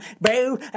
Boo